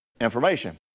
information